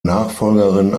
nachfolgerin